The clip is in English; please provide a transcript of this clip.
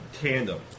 tandem